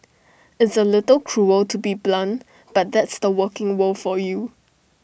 it's A little cruel to be blunt but that's the working world for you